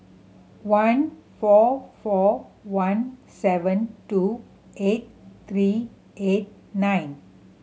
one four four one seven two eight three eight nine